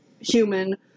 human